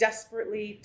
Desperately